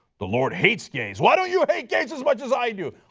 the lord hates gays, why don't you hate gays as much as i do?